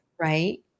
Right